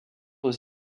aux